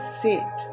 sit